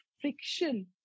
friction